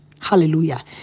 Hallelujah